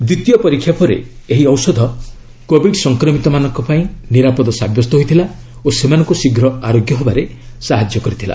ଦ୍ୱିତୀୟ ପରୀକ୍ଷା ପରେ ଏହି ଔଷଧ କୋବିଡ୍ ସଂକ୍ରମିତମାନଙ୍କ ପାଇଁ ନିରାପଦ ସାବ୍ୟସ୍ତ ହୋଇଥିଲା ଓ ସେମାନଙ୍କୁ ଶୀଘ୍ର ଆରୋଗ୍ୟ ହେବାରେ ସାହାଯ୍ୟ କରିଥିଲା